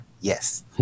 Yes